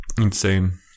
Insane